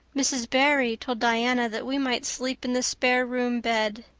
mrs. barry told diana that we might sleep in the spare-room bed.